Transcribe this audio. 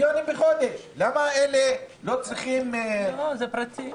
למה אלה לא צריכים --- לא, זה פרטי.